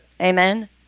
Amen